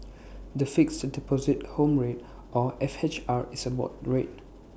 the Fixed Deposit Home Rate or F H R is A board rate